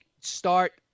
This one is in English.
start –